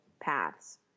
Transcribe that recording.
paths